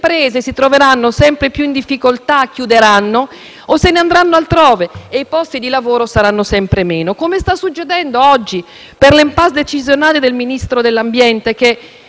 Le imprese si troveranno sempre più in difficoltà e chiuderanno o se ne andranno altrove, mentre i posti di lavoro saranno sempre meno, come sta succedendo oggi per l'*impasse* decisionale del Ministro dell'ambiente,